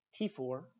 T4